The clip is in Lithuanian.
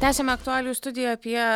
tęsiame aktualijų studiją apie